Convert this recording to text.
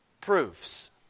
Proofs